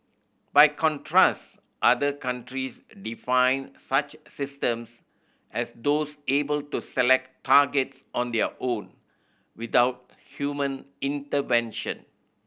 by contrast other countries define such systems as those able to select targets on their own without human intervention